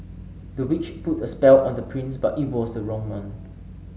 the witch put a spell on the prince but it was a wrong one